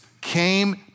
came